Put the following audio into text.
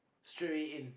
straight away in